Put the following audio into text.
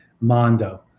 Mondo